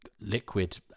liquid